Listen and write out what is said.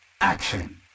action